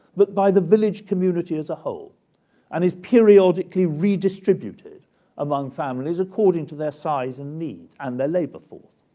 but by the village community as a whole and is periodically redistributed among families according to their size and needs and their labor force.